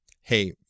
hey